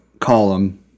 column